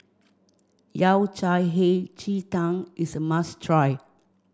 Yao Cai Hei Ji Tang is a must try